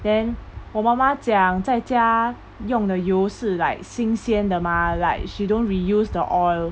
then 我妈妈讲在家用的油是 like 新鲜的 mah like she don't reuse the oil